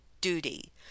duty